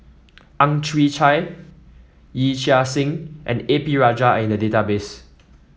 Ang Chwee Chai Yee Chia Hsing and A P Rajah are in the database